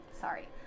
sorry